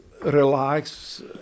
relax